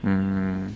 mm